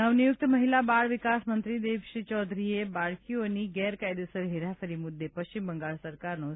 નવ નિયુક્ત મહિલા બાળ વિકાસ મંત્રી દેબશ્રી ચૌધરીએ બાળકીઓની ગેરકાયદેસર હેરાફેરી મુદ્દે પશ્ચિમ બંગાળ સરકારનો સહયોગ માંગ્યો